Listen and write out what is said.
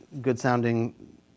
good-sounding